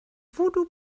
voodoo